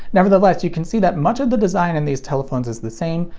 nevertheless, you can see that much of the design in these telephones is the same,